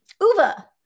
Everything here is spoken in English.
uva